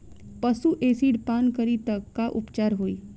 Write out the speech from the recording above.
पशु एसिड पान करी त का उपचार होई?